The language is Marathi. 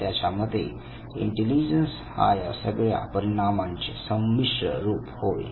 त्याच्या मते इंटेलिजन्स हा या सगळ्या परिमाणाचे संमिश्र रूप होय